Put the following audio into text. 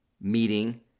meeting